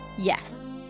Yes